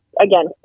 again